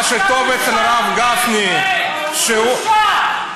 מה שטוב אצל הרב גפני, שהוא, בושה.